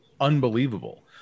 unbelievable